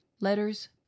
letters